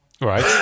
Right